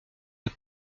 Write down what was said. est